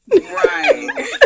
Right